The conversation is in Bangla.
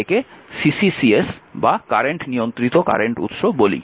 সুতরাং তাই আমরা একে কারেন্ট নিয়ন্ত্রিত কারেন্ট উৎস বা CCCS বলি